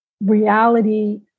reality